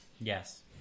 Yes